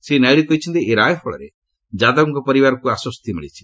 ଶ୍ରୀ ନାଇଡୁ କହିଛନ୍ତି ଏହି ରାୟ ଫଳରେ ଯାଦବଙ୍କ ପରିବାରକୁ ଆଶ୍ୱସ୍ତି ମିଳିଛି